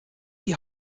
die